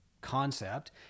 concept